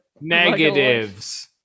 negatives